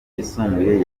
yisumbuye